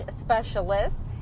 specialists